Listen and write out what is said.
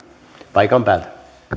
paikan päältä